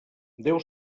deu